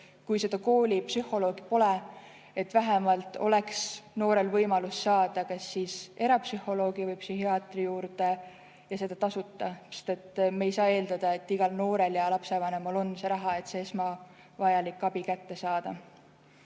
kui koolipsühholoogi pole, siis vähemalt oleks noorel võimalus saada kas siis erapsühholoogi või ‑psühhiaatri juurde – ja seda tasuta, sest me ei saa eeldada, et igal noorel ja lapsevanemal on see raha, et esmavajalik abi kätte saada.